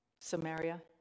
Samaria